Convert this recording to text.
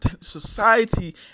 society